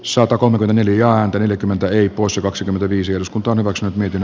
sotakomentele neljään yli kymmentä eri koossa kaksikymmentäviisi osku torrokset miten